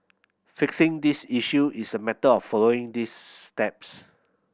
fixing these issue is a matter of following this steps